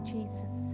Jesus